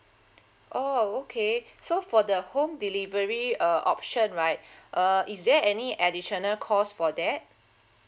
oh okay so for the home delivery uh option right uh is there any additional cost for that